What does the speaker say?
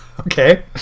Okay